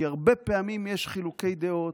כי הרבה פעמים יש חילוקי דעות,